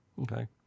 Okay